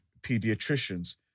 pediatricians